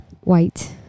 White